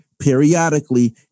periodically